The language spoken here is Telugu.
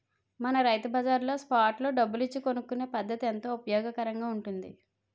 మన రైతు బజార్లో స్పాట్ లో డబ్బులు ఇచ్చి కొనుక్కునే పద్దతి ఎంతో ఉపయోగకరంగా ఉంటుంది